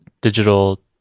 digital